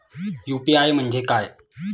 UPI म्हणजे काय?